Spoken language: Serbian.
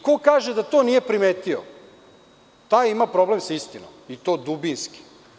Ko kaže da to nije primetio, taj ima problem sa istinom i to dubinski.